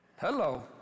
Hello